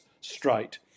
straight